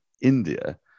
India